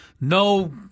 no